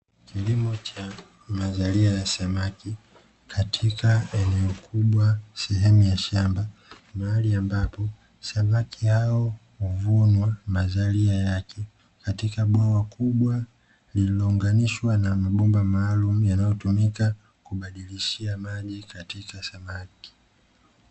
Kilimo cha nadharia ya samaki katika eneo kubwa sehemu ya shamba, mahali ambapo samaki hao huvunwa mazalia yake katika bwawa kubwa lililounganishwa na mabomba maalumu yanayotumika kubadilishia maji katika samaki.